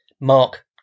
Mark